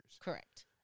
Correct